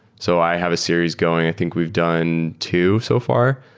so i have a series going. i think we've done two so far.